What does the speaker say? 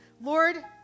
Lord